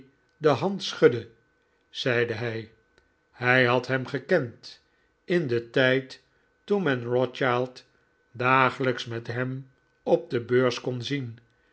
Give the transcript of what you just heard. de hand schudden zeide hij hij had hem gekend in den tijd toen men rothschild dagelijks met hem op de beurs kon zien